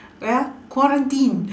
well quarantine